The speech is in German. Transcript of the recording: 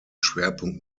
schwerpunkt